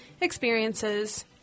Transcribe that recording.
experiences